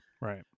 right